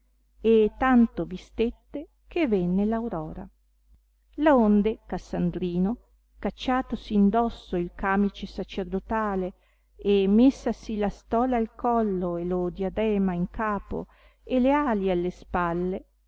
e tanto vi stette che venne l'aurora laonde cassandrino cacciatosi in dosso il camice sacerdotale e messasi la stola al collo e lo diadema in capo e le ali alle spalle